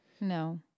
No